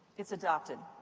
it's adopted.